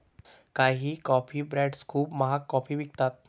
काही coffee brands खूप महाग कॉफी विकतात